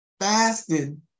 Fasting